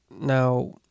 Now